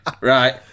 right